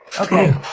Okay